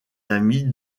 amis